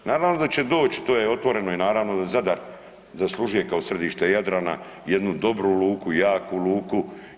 Naravno da će doći to je otvoreno i naravno Zadar zaslužuje kao središte Jadrana jednu dobru luku, jaku luku.